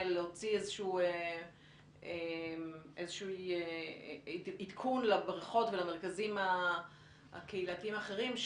להוציא איזשהו עדכון לבריכות ולמרכזים הקהילתיים האחרים,